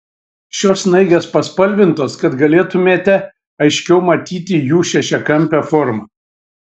šios snaigės paspalvintos kad galėtumėte aiškiau matyti jų šešiakampę formą